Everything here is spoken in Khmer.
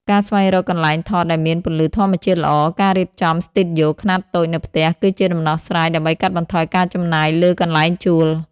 ការស្វែងរកកន្លែងថតដែលមានពន្លឺធម្មជាតិល្អ ឬការរៀបចំស្ទូឌីយោខ្នាតតូចនៅផ្ទះ គឺជាដំណោះស្រាយដើម្បីកាត់បន្ថយការចំណាយលើកន្លែងជួល។